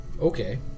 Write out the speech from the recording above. Okay